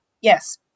Yes